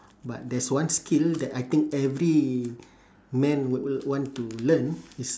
but there's one skill that I think every man would want to learn is